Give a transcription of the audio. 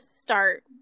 start